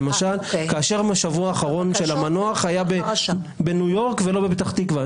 למשל: כאשר השבוע האחרון לחייו של המנוח היה בניו יורק ולא בפתח תקווה.